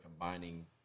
combining